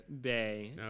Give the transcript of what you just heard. Bay